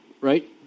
Right